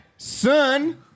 Son